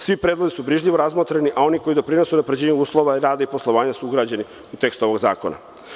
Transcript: Svi predlozi su brižljivo razmotreni, a oni koji doprinose unapređivanju uslova rada i poslovanja su ugrađeni u test ovog zakona.